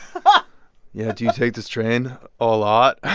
but yeah. do you take this train a lot?